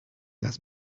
las